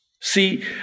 See